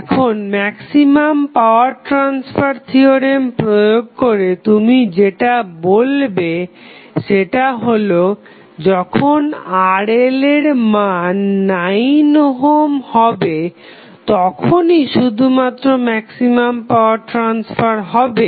এখন maximum power transfer theorem প্রয়োগ করে তুমি যেটা বলতে পারো সেটা হলো যখন RL এর মান 9 ওহম হবে তখনই শুধুমাত্র ম্যাক্সিমাম পাওয়ার ট্রাসফার হবে